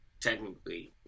technically